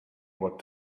what